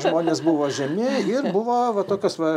žmonės buvo žemi ir buvo va tokios va